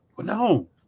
no